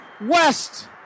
West